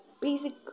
basic